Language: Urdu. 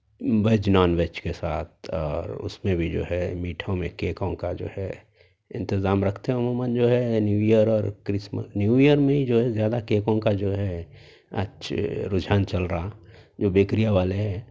ویج نانویج کے ساتھ اور اس میں بھی جو ہے میٹھوں میں کیکوں کا جو ہے انتظام رکھتے ہیں عموماً جو ہے نیو ایئر اور کرسمس نیو ایئر میں جو ہے زیادہ کیکوں کا جو ہے اچھ رجحان چل رہا ہے جو بیکریاں والے